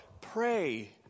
Pray